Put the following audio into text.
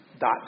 dot